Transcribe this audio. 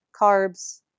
carbs